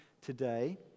today